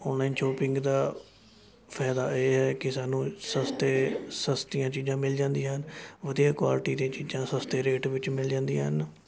online shopping ਦਾ ਫਾਇਦਾ ਇਹ ਹੈ ਕਿ ਸਾਨੂੰ ਸਸਤੇ ਸਸਤੀਆਂ ਚੀਜ਼ਾਂ ਮਿਲ ਜਾਂਦੀਆਂ ਹਨ ਵਧੀਆ ਕੁਆਲਿਟੀ ਦੀਆਂ ਚੀਜ਼ਾਂ ਸਸਤੇ ਰੇਟ ਵਿੱਚ ਮਿਲ ਜਾਂਦੀਆਂ ਹਨ